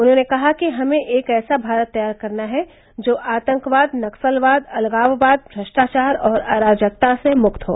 उन्होंने कहा कि हमे एक ऐसा भारत तैयार करना है जो आतंकवाद नक्सलवाद अलगाववाद भ्रष्टाचार और अराजकता से मुक्त हो